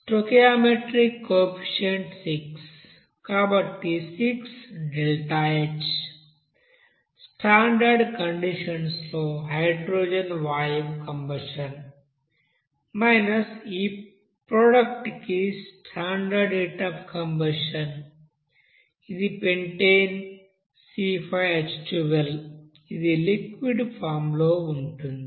stoichiometric coefficient 6 కాబట్టి 6ΔHస్టాండర్డ్ conditions లో హైడ్రోజన్ వాయువు కంబషన్ ఈప్రోడక్ట్ కి స్టాండర్డ్ హీట్ అఫ్ కంబషన్ ఇది పెంటనే C5H12 ఇది లిక్విడ్ ఫామ్ లో ఉంటుంది